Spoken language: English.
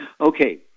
Okay